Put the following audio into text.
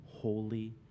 holy